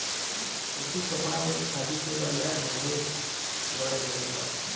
सूती कपड़ा अउरी खादी के बाजार ढेरे बढ़ गईल बा